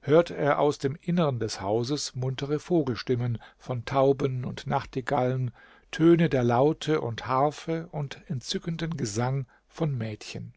hörte er aus dem inneren des hauses muntere vogelstimmen von tauben und nachtigallen töne der laute und harfe und entzückenden gesang von mädchen